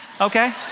okay